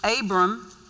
Abram